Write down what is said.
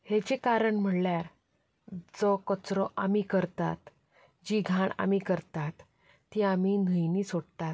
हेचें कारण म्हणल्यार जो कचरो आमी करतात जी घाण आमी करतात तीं आमी न्हंयेनी सोडटात